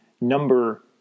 number